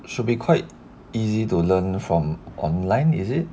should be quite easy to learn from online is it